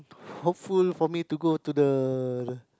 hopeful hope me to go to the